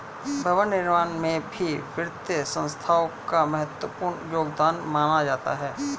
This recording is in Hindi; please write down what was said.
भवन निर्माण में भी वित्तीय संस्थाओं का महत्वपूर्ण योगदान माना जाता है